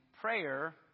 Prayer